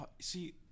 see